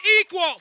equal